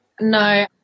no